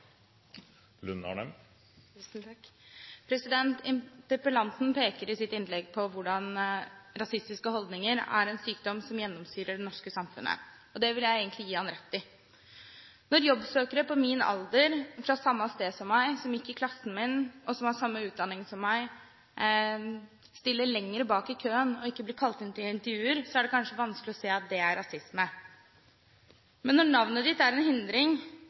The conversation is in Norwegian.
en sykdom som gjennomsyrer det norske samfunnet, og det vil jeg gi ham rett i. Når jobbsøkere på min alder, fra samme sted som meg, som gikk i klassen min, og som har samme utdanning som meg, stiller lenger bak i køen og ikke blir kalt inn til intervjuer, er det kanskje vanskelig å se at det er rasisme. Men når navnet ditt er en hindring